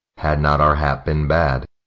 had not our hap been bad.